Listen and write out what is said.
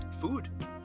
Food